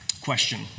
Question